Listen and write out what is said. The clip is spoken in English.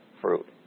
Fruit